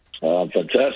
Fantastic